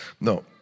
No